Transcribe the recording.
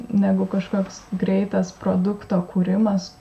negu kažkoks greitas produkto kūrimas